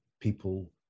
people